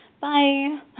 Bye